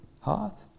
heart